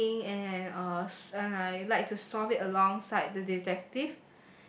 thinking and uh and I like to solve it alongside the detective